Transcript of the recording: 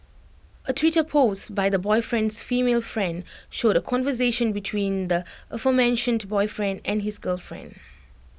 A Twitter post by the boyfriend's female friend showed A conversation between the aforementioned boyfriend and his girlfriend